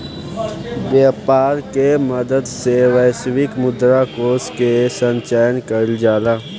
व्यापर के मदद से वैश्विक मुद्रा कोष के संचय कइल जाला